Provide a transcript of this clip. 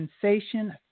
sensation